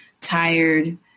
tired